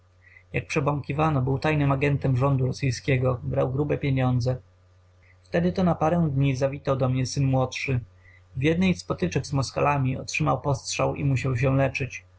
jak przebąkiwano był tajnym agentem rządu rosyjskiego brał grube pieniądze wtedy to na parę dni zawitał do mnie syn młodszy w jednej z potyczek z moskalami otrzymał postrzał i musiał się leczyć